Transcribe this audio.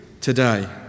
today